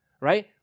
right